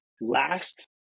last